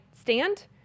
Stand